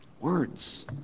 words